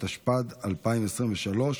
התשפ"ד 2023,